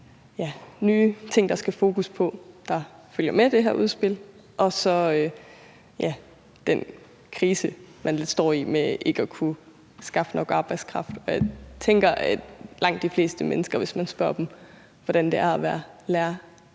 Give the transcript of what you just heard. nye ting der skal fokus på, som følger med det her udspil, og den krise, man lidt står i med ikke at kunne skaffe nok arbejdskraft. Hvis man spørger lærerne, hvordan det er at være lærer